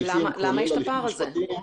כולל הליכים משפטיים,